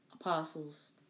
apostles